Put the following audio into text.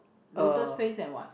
lotus paste and what